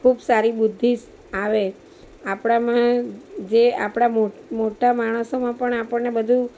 ખૂબ સારી બુદ્ધિ આવે આપણામાં જે આપણા મો મોટા માણસોમાં પણ આપણને બધું